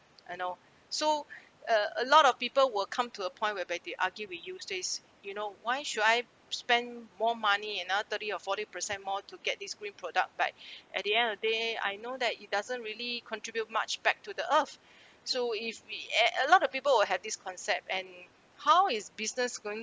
and all so uh a lot of people will come to a point whereby they argue we use these you know why should I spend more money another thirty or forty percent more to get these green product but at the end of the day I know that it doesn't really contribute much back to the earth so if we a lot of people will have this concept and how is business going